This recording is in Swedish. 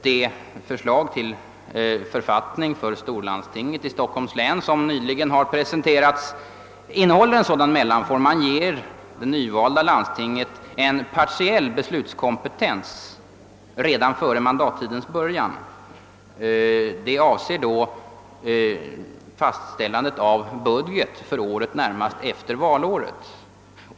Det förslag till författning för storlandstinget i Stockholms län som nyligen har presenterats innehåller en sådan mellanform: det nyvalda landstinget får redan före mandattidens början en partiell beslutskompetens, som avser fastställandet av budget för året närmast efter valåret.